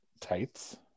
tights